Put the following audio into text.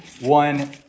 one